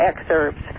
excerpts